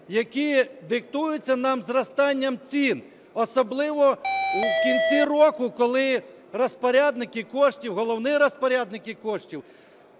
які диктуються нам зростанням цін, особливо в кінці року, коли розпорядники коштів, головні розпорядники коштів